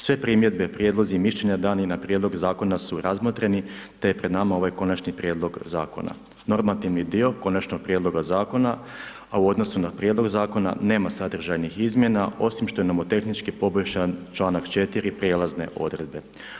Sve primjedbe, prijedlozi i mišljenja dani na prijedlog zakona su razmotreni te je pred nama ovaj konačni prijedlog zakona, normativni dio konačnog prijedloga zakona a u odnosu na prijedlog zakona nema sadržajnih izmjena osim što je nomotehnički poboljšan članak 4. prijelazne odredbe.